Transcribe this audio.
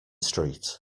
street